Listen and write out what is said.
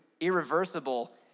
irreversible